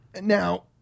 Now